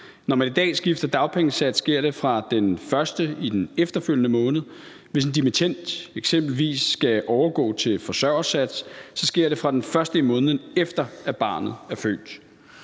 Når man i dag skifter dagpengesats, sker det fra den første i den efterfølgende måned. Hvis en dimittend eksempelvis skal overgå til forsørgersats, sker det fra den første i måneden, efter barnet er født.